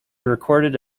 recorded